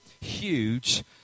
huge